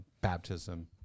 baptism